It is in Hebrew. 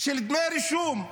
של דמי רישום,